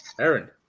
Aaron